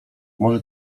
może